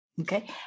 Okay